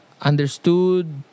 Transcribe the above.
understood